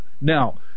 Now